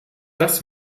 dass